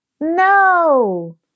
No